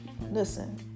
Listen